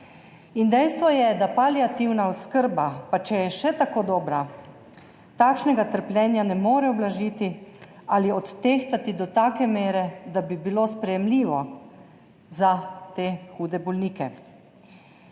dejstvo je, da paliativna oskrba, pa če je še tako dobra, takšnega trpljenja ne more ublažiti ali odtehtati do take mere, da bi bilo sprejemljivo za te hude bolnike.